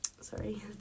sorry